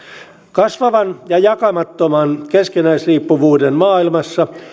kasvavan ja jakamattoman keskinäisriippuvuuden maailmassa